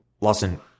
Lawson